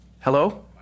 Hello